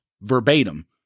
verbatim